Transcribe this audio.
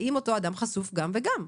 האם אותו אדם חשוף גם וגם?